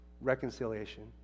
reconciliation